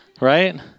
right